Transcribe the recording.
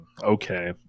Okay